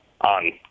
on